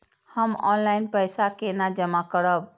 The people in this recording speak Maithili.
हम ऑनलाइन पैसा केना जमा करब?